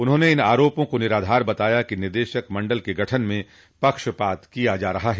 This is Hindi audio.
उन्होंने इन आरोपों को निराधार बताया कि निदेशक मंडल के गठन में पक्षपात किया जा रहा है